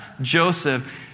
Joseph